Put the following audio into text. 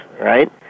right